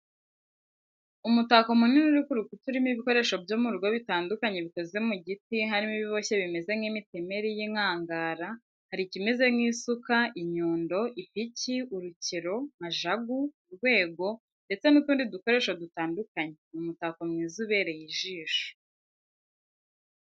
Umutako munini uri ku rukuta urimo ibikoresho byo mu rugo bitandukanye bikoze mu giti harimo ibiboshye bimeze nk'imitemeri y'inkangara, hari ikimeze nk'isuka, inyundo, ipiki, urukero, majagu, urwego, ndetse n'utundi dukoresho dutandukanye, ni umutako mwiza ubereye ijisho.